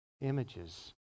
images